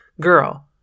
girl